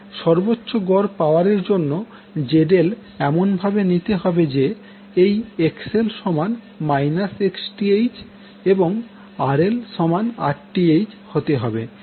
সর্বচ্চো গড় পাওয়ার এর জন্য ZL এমন ভাবে নিতে যে এই XL Xth এবং RL Rth হতে হবে